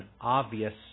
obvious